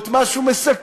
או את מה שהוא מסקר,